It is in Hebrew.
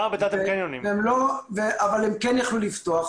שלא הייתה להן כדאיות אבל הן כן יכלו לפתוח,